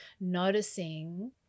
noticing